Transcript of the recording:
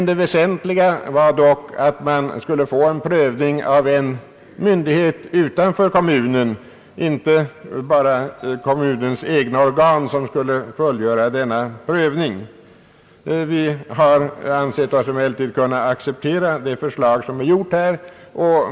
Det väsentliga önskemålet gällde prövning genom en myndighet utanför kommunen — prövningen skulle inte endast göras av kommunens egna organ. Vi har ansett oss kunna acceptera det förslag som har lagts fram.